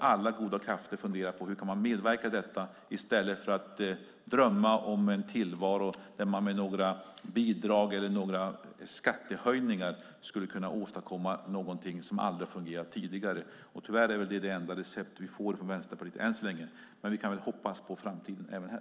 Alla goda krafter borde fundera på hur de kan medverka i detta i stället för att drömma om en tillvaro där man med några bidrag eller några skattehöjningar skulle kunna åstadkomma någonting som aldrig har fungerat tidigare. Tyvärr är det väl det enda recept vi får från Vänsterpartiet än så länge. Men vi kan väl hoppas framtiden även här.